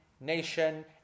nation